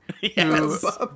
Yes